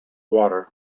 water